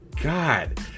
God